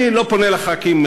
אני לא פונה לחברי הכנסת,